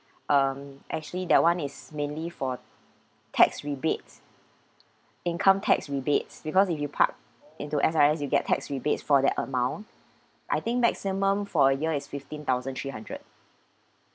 um actually that one is mainly for tax rebates income tax rebates because if you park into S_R_S you get tax rebates for that amount I think maximum for a year is fifteen thousand three hundred